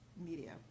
Media